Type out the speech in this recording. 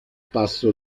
passo